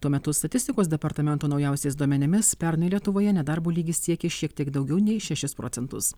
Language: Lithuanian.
tuo metu statistikos departamento naujausiais duomenimis pernai lietuvoje nedarbo lygis siekė šiek tiek daugiau nei šešis procentus